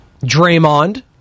Draymond